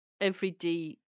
everyday